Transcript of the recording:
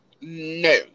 No